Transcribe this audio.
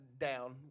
down